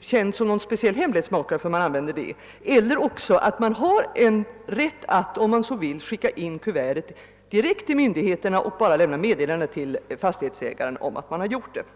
känd som någon speciell hemlighetsmakare därför att han eller hon använder slutet kuvert. Man kan också tänka sig att det skulle föreligga rätt att skicka in kuver tet direkt till myndigheterna och bara lämna meddelande till fastighetsägaren om att så skett.